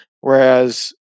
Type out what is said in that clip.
whereas